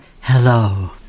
hello